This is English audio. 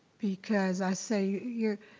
because i say you're,